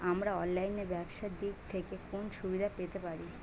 আমরা অনলাইনে ব্যবসার দিক থেকে কোন সুবিধা পেতে পারি?